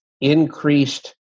increased